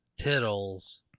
Tittles